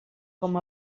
com